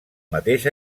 mateix